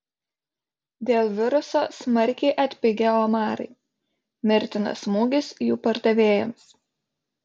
dėl viruso smarkiai atpigę omarai mirtinas smūgis jų pardavėjams